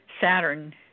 Saturn